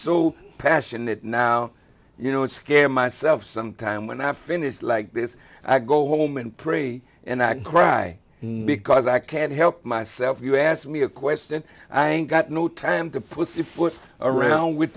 so passionate now you know it scare myself sometime when i finish like this i go home and pray and i cried because i can't help myself you asked me a question i ain't got no time to pussyfoot around with